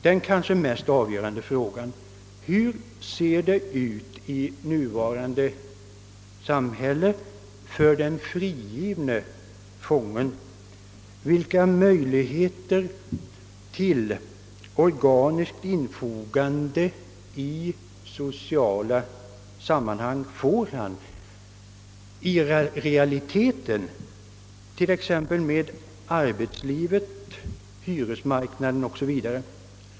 Den kanske mest avgörande frågan är: Hur ser det ut i det nutida samhället för den frigivne fångens del? Vilka möjligheter till organiskt infogande i so ciala sammanhang — t.ex. i arbetslivet och på hyresmarknaden — får han i realiteten?